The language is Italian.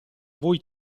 voi